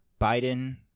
Biden